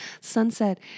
sunset